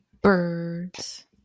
Birds